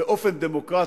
באופן דמוקרטי,